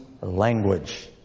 language